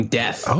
death